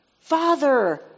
father